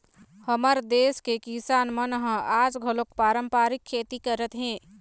हमर देस के किसान मन ह आज घलोक पारंपरिक खेती करत हे